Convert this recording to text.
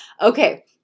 Okay